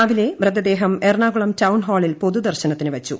രാവിലെ മൃതദേഹം എറണാകുളം ടൌൺ ഹാളിൽ പൊതുദർശനത്തിന് വെച്ചു